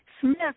Smith